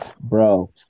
Bro